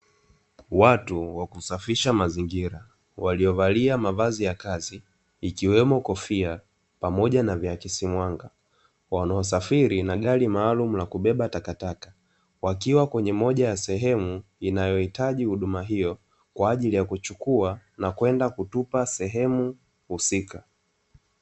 Watu wakusafisha mazingira, waliovalia mavazi ya kazi, ikiwemo kofia pamoja na viakisi mwanga kwa wanaosafiri na gari maalumu la kubebea takataka. Wakiwa kwenye moja ya sehemu inayohitaji huduma hiyo kwa ajili ya kuchukua na kwenda kutupa sehemu husika.